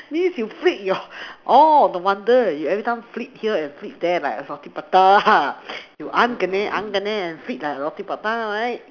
please you freak your orh no wonder you everytime flip here and flip there like a roti prata you flip like roti prata right